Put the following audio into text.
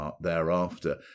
thereafter